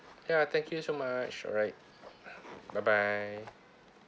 ya thank you so much alright bye bye